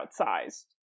outsized